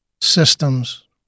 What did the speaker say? systems